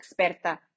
experta